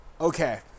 Okay